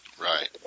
right